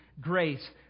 grace